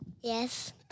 Yes